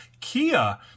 Kia